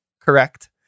correct